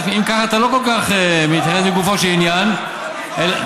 אם ככה, אתה לא כל כך מתייחס לגופו של עניין, לא.